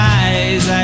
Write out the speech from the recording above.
eyes